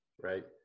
right